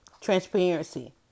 transparency